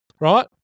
right